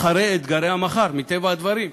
אחרי אתגרי המחר, מטבע הדברים,